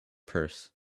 purse